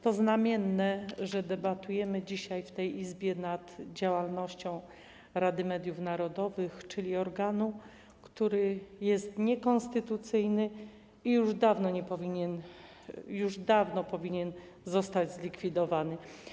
To znamienne, że debatujemy dzisiaj w tej Izbie nad działalnością Rady Mediów Narodowych, czyli organu, który jest niekonstytucyjny i już dawno powinien zostać zlikwidowany.